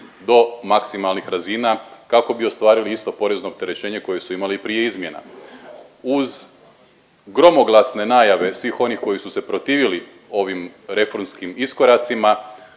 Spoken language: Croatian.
do maksimalnih razina kako bi ostvarili isto porezno opterećenje koje su imali i prije izmjena. Uz gromoglasne najave svih onih koji su se protivili ovim reformskim iskoracima,